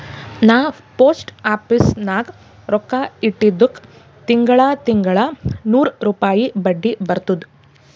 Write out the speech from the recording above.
ನಾ post office ನಾಗ್ ರೊಕ್ಕಾ ಇಟ್ಟಿದುಕ್ ತಿಂಗಳಾ ತಿಂಗಳಾ ನೂರ್ ರುಪಾಯಿ ಬಡ್ಡಿ ಬರ್ತುದ್